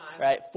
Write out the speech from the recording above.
right